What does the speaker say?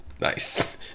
Nice